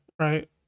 right